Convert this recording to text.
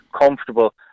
comfortable